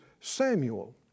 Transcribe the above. Samuel